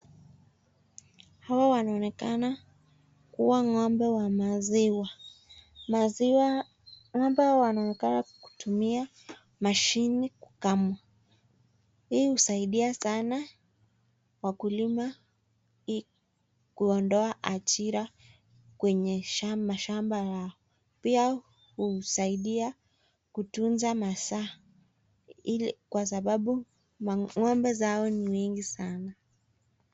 Hawa wanaonekana kua ngombe wa maziwa. Ngombe hawa wanaonekana kutumia mashini kukama. Hii husaidia sanaa wakulima ili kuondoa ajira kwenye shamba pia husaidia kutunza masaa kwa sababu ngombe zao ni mingi sanaa.